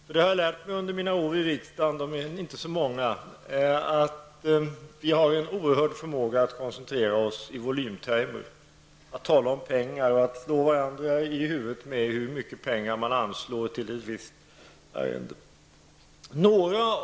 Jag har lärt mig under mina år i riksdagen -- de är inte så många -- att vi har en oerhörd förmåga att tala i volymtermer och slå varandra i huvudet med hur mycket pengar vi anslår till ett visst ändamål.